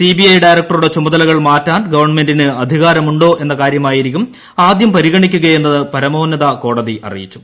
CBI ഡയറക്ടറുടെ ചുമതലകൾ മാറ്റാൻ ഗവൺമെന്റിന് അധികാരമുണ്ടോ എന്ന കാര്യമായിരിക്കും ആദ്യം പരിഗണിക്കുകയെന്ന് പരമോന്നത കോടതി അറിയിച്ചു